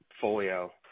Folio